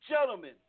Gentlemen